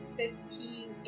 fifteen